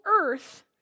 earth